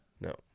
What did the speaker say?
No